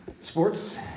Sports